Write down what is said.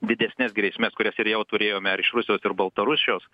didesnes grėsmes kurias ir jau turėjome iš rusijos ir baltarusijos